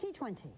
2020